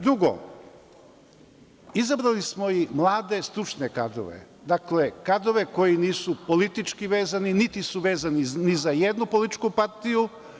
Drugo, izabrali smo i mlade stručne kadrove, dakle, kadrove koji nisu politički vezani, niti su vezani ni za jednu političku partiju.